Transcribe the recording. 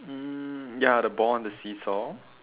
um ya the ball and the seesaw